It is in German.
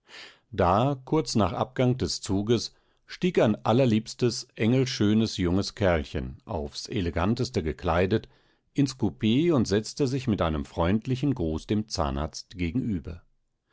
da kurz abgang des zuges stieg ein allerliebstes engelschönes junges kerlchen aufs eleganteste gekleidet ins kupee und setzte sich mit einem freundlichen gruß dem zahnarzt gegenüber